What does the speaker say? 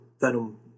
venom